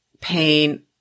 pain